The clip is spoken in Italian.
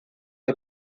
che